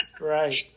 Right